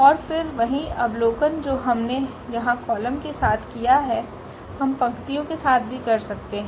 और फिर वही अवलोकन जो हमने यहां कॉलम के साथ किया है हम पंक्तियों के साथ भी कर सकते हैं